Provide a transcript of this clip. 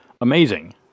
amazing